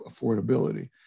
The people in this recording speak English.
affordability